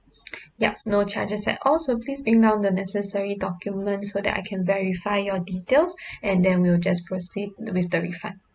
yup no charges at all so please bring down the necessary documents so that I can verify your details and then we'll just proceed with the refund